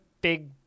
big